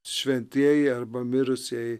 šventieji arba mirusieji